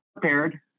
prepared